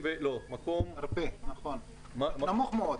מקום נמוך מאוד.